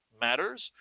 matters